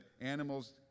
animals